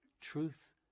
Truth